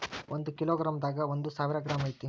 ಒಂದ kilogram ದಾಗ ಒಂದ ಸಾವಿರ ಗ್ರಾಂ ಐತಿ